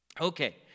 Okay